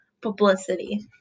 publicity